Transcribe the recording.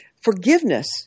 forgiveness